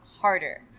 harder